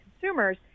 consumers